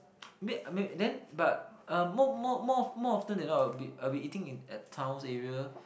a bit and then but um more more more more after I will be I will be eating at town's area